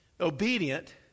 obedient